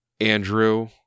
Andrew